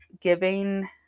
giving